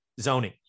zoning